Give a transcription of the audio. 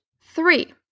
three